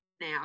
now